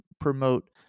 promote